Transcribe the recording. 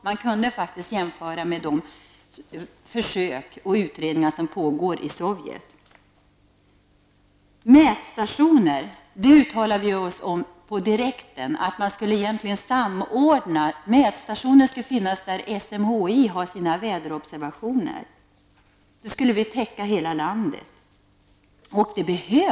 Man kunde faktiskt jämföra med de försök och utredningar som pågår i Sovjetunionen. Mätstationer bör finnas där SMHI gör sina väderobservationer. Då skulle vi täcka hela landet.